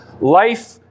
life